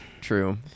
true